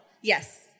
Yes